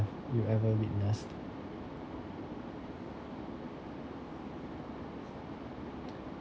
you ever witnessed